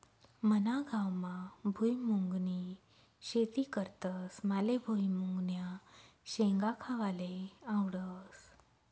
मना गावमा भुईमुंगनी शेती करतस माले भुईमुंगन्या शेंगा खावाले आवडस